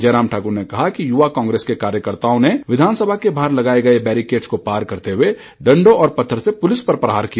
जयराम ठाक्र ने कहा कि युवा कांग्रेस के कार्यकर्ता विधानसभा के बाहर लगाए गए बेरीकेटस को पार करते हुए डंडों और पत्थर से पुलिस पर प्रहार किया